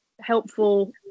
helpful